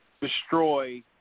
destroy